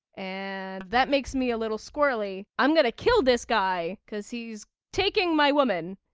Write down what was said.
and that makes me a little squirrely. i'm going to kill this guy because he's taking my woman!